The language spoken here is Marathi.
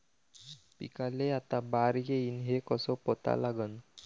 पिकाले आता बार येईन हे कसं पता लागन?